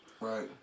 Right